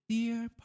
Dear